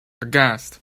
aghast